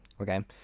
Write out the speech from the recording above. Okay